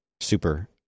super